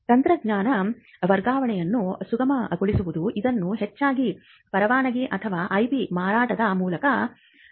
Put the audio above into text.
ತಂತ್ರಜ್ಞಾನ ವರ್ಗಾವಣೆಯನ್ನು ಸುಗಮಗೊಳಿಸುವುದು ಇದನ್ನು ಹೆಚ್ಚಾಗಿ ಪರವಾನಗಿ ಅಥವಾ IP ಮಾರಾಟದ ಮೂಲಕ ನಿಯೋಜಿಸಲಾಗುತ್ತದೆ